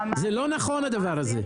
זה לא נכון הדבר הזה.